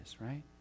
right